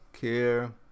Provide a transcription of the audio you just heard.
care